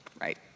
right